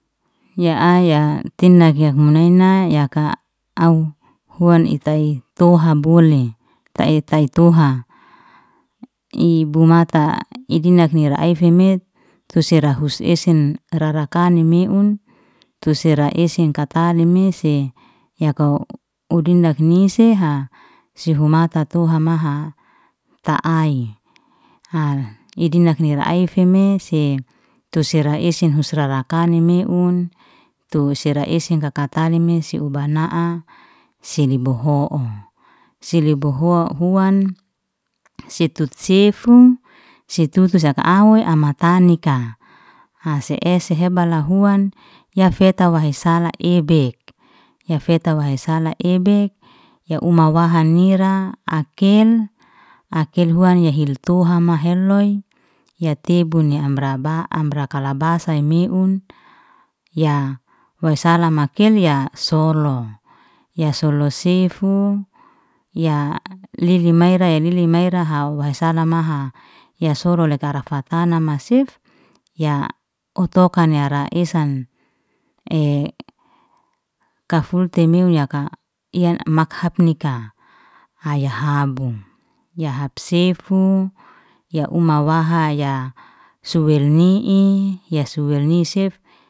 Ya ai ya tindak ya hunaina, yaka au huan ita i toham bole tai- tai toha i buma ta i dindak nira, ai fimet tu sira hus esen ra ra kani meun, tu sera esen katali mese, ya kou u dindak meseha, si humata tu hamaha ta ai, hal i dindak ni ra ai fime si tu sira esen hus ra rakani meun tu sera mese hakatani mese u bana'a si deboho. Si lebo huan, si tu sefu si tutu si aka awey am ai tanika, ha si esen bala huan, ya feta wahi sala ibek. Ya feta wahi sala ibek ya um waha akel, akel huan ye hil toha maheloy, ya tebun ya amra ba'am ra kalabasa i meun. Ya waisala maken ya solo, ya solo sifu, ya lili maera lili maera hau wasala maha, ya sorule kara fatana masef, ya otokan yara esan ka futi meun yaka ya makhap nika aya habun ya hap sefu ya umawaha ya suwelni'i ya suwelni sef.